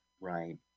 right